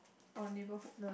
or neighborhood